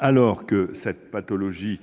Alors que cette pathologie